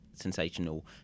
sensational